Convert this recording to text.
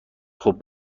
خوب